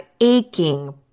aching